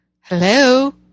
Hello